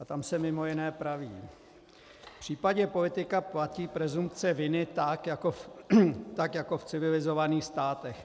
A tam se mimo jiné praví: V případě politika platí presumpce viny tak jako v civilizovaných státech.